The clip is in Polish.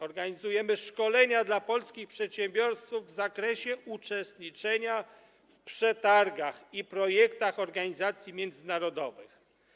Organizujemy szkolenia dla polskich przedsiębiorców w zakresie uczestniczenia w przetargach i projektach organizacji międzynarodowych.